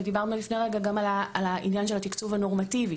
ודיברנו לפני רגע גם על עניין התקצוב הנורמטיבי.